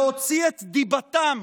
להוציא את דיבתם